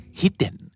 hidden